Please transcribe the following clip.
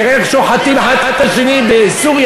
תראה איך שוחטים האחד את השני בסוריה,